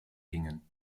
gingen